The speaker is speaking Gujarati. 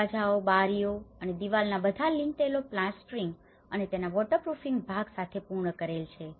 દરવાજાઓ બારીઓ અને દિવાલોના બધા લિંટેલો પ્લાસ્ટરિંગ અને તેના વોટરપ્રૂફિંગ ભાગ સાથે પૂર્ણ કરેલ છે